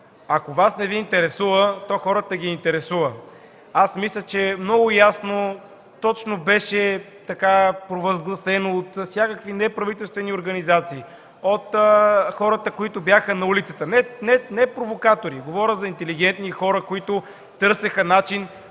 Ако Вас не Ви интересува, то хората ги интересува. Мисля, че много ясно и точно беше провъзгласено от всякакви неправителствени организации, от хората, които бяха на улицата – не провокатори, говоря за интелигентни хора, които търсеха начин